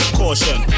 caution